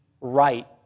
right